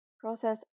process